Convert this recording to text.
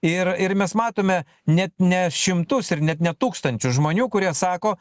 ir ir mes matome net ne šimtus ir net ne tūkstančius žmonių kurie sako